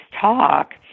talk